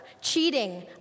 cheating